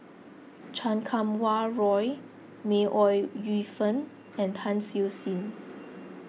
Chan Kum Wah Roy May Ooi Yu Fen and Tan Siew Sin